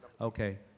Okay